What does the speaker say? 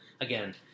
again